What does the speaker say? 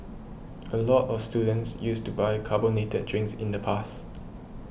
a lot of students used to buy carbonated drinks in the past